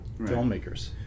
filmmakers